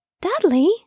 Dudley